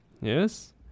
yes